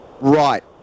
Right